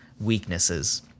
weaknesses